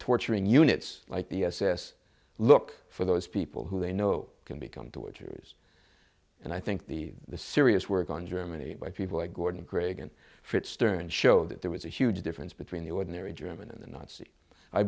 torturing units like the s s look for those people who they know can become torture and i think the the serious work on germany by people like gordon grigg and fritz stern show that there was a huge difference between the ordinary german and